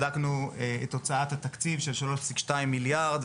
בדקנו את הוצאת התקציב של 3.2 מיליארד,